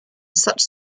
such